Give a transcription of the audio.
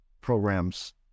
programs